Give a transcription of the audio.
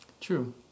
True